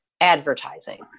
advertising